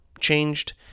changed